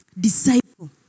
disciple